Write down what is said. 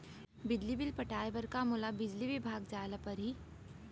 बिजली बिल पटाय बर का मोला बिजली विभाग जाय ल परही?